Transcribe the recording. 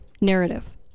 narrative